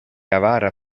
avara